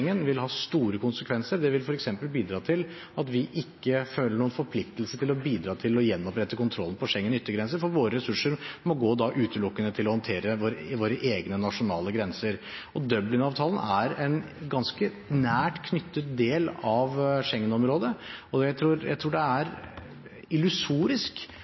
Schengen vil ha store konsekvenser, det vil f.eks. bidra til at vi ikke føler noen forpliktelse til å bidra til å gjenopprette kontrollen på Schengen yttergrense, for våre ressurser må da utelukkende gå til å håndtere våre egne nasjonale grenser. Dublin-avtalen er en ganske nært knyttet del av Schengen-området, og jeg tror det er illusorisk